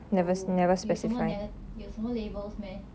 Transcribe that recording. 有有什么 nega~ 有什么 labels meh